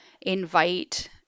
invite